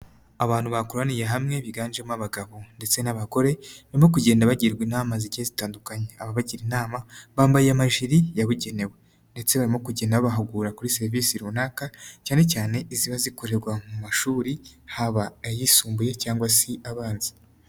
Abantu bakoraniye hamwe biganjemo abagabo ndetse n'abagore barimo kugenda bagirwa inama zigiye zitandukanye, ababagira inama bambaye amajiri yabugenewe ndetse barimo kugenda bahugura kuri serivisi runaka cyane cyane iziba zikorerwa mu mashuri haba ayisumbuye cyangwa se abanza.